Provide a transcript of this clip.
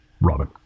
Robin